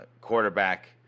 quarterback